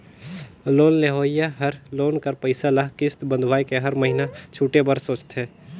loan लेहोइया हर loan कर पइसा ल किस्त बंधवाए के हर महिना छुटे बर सोंचथे